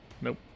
Nope